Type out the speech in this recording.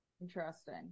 Interesting